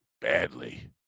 badly